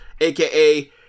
aka